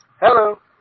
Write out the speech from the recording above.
Hello